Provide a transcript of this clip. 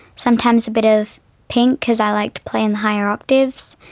sometimes a bit of pink because i like to play in the higher octaves.